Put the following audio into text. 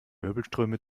wirbelströme